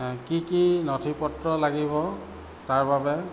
কি কি নথি পত্ৰ লাগিব তাৰ বাবে